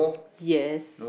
yes